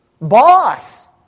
Boss